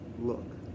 Look